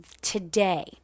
today